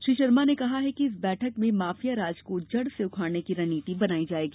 श्री शर्मा ने कहा कि इस बैठक में माफिया राज को जड़ से उखाड़ने की रणनीति बनाई जायेगी